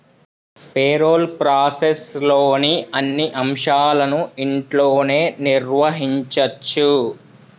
payroll ప్రాసెస్లోని అన్ని అంశాలను ఇంట్లోనే నిర్వహించచ్చు